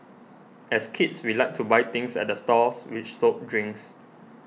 as kids we liked to buy things at the stalls which sold drinks